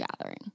gathering